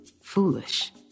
Foolish